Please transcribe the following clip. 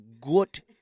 good